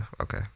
Okay